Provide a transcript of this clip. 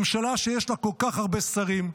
ממשלה שיש לה כל כך הרבה שרים,